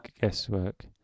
Guesswork